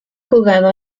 jugado